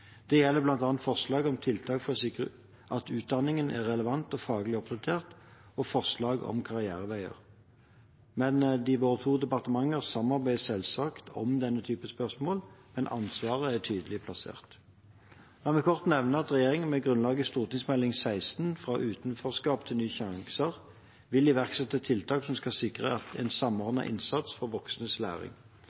Det gjelder bl.a. forslag om tiltak for å sikre at utdanningen er relevant og faglig oppdatert, og forslag om karriereveier. Våre to departementer samarbeider selvsagt om denne type spørsmål, men ansvaret er tydelig plassert. La meg kort nevne at regjeringen med grunnlag i Meld. St. 16 for 2015–2016, Fra utenforskap til ny sjanse, vil iverksette tiltak som skal sikre en samordnet innsats for voksnes læring.